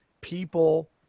people